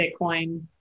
Bitcoin